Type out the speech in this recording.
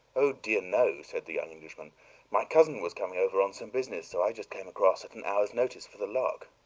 oh, dear, no, said the young englishman my cousin was coming over on some business, so i just came across, at an hour's notice, for the lark.